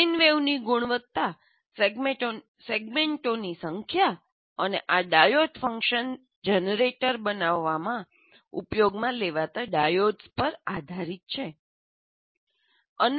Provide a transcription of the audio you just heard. sine વેવની ગુણવત્તા સેગમેન્ટોની સંખ્યા અને આ ડાયોડ ફંક્શન જનરેટર બનાવવામાં ઉપયોગમાં લેવાતા ડાયોડ્સ પર આધારીત છે